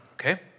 okay